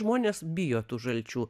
žmonės bijo tų žalčių